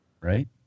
Right